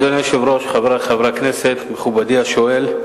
אדוני היושב-ראש, חברי חברי הכנסת, מכובדי השואל,